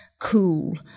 cool